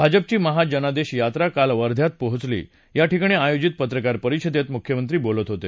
भाजपची महाजनादेश यात्रा काल वध्यात पोहोचली याठिकाणी आयोजित पत्रकार परिषदेत मृख्यमंत्री बोलत होते